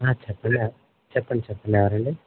చెప్పండి చెప్పండి చెప్పండి ఎవరండీ